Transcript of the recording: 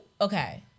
okay